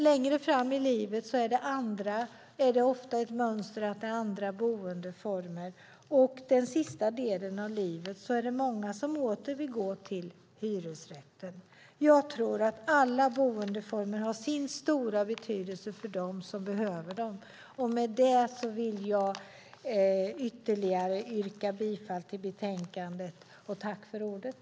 Längre fram i livet är mönstret ofta att man har andra boendeformer, och under den sista delen av livet är det många som vill återgå till hyresrätten. Jag tror att alla boendeformer har sin stora betydelse för dem som behöver dem. Med det vill jag ytterligare en gång yrka bifall till förslaget i betänkandet.